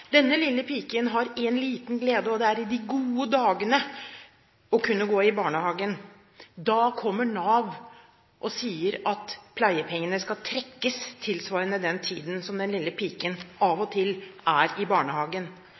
Denne lille piken har én liten glede, og det er i de gode dagene å kunne gå i barnehagen. Da kommer Nav og sier at pleiepengene skal trekkes tilsvarende den tiden som den lille piken av og til er i barnehagen.